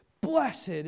Blessed